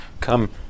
come